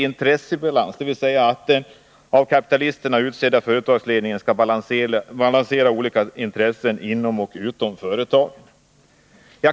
Intressebalans, dvs. den av kapitalisterna utsedda företagsledningen skall balansera olika intressen inom och utom företagen.